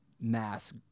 mass